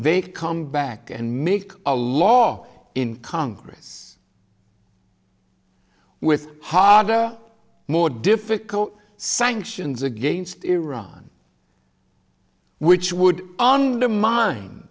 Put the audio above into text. they come back and make a law in congress with haga more difficult sanctions against iran which would undermine